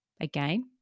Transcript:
Again